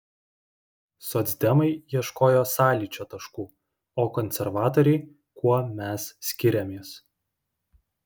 socdemai ieškojo sąlyčio taškų o konservatoriai kuo mes skiriamės